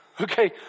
Okay